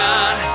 God